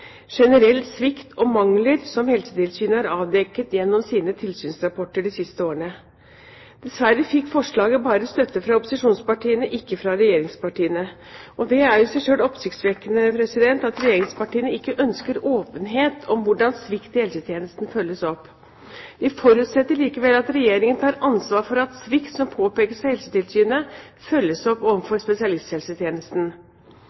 generell svikt og mangler i helse- og omsorgstjenesten som Helsetilsynet har avdekket gjennom sine tilsynsrapporter de siste årene. Dessverre fikk forslaget bare støtte fra opposisjonspartiene, ikke fra regjeringspartiene. Det er i seg selv oppsiktsvekkende at regjeringspartiene ikke ønsker åpenhet om hvordan svikt i helsetjenesten følges opp. Vi forutsetter likevel at Regjeringen tar ansvar for at svikt som påpekes av Helsetilsynet, følges opp